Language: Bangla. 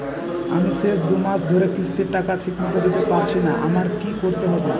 আমি শেষ দুমাস ধরে কিস্তির টাকা ঠিকমতো দিতে পারছিনা আমার কি করতে হবে?